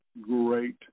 great